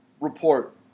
report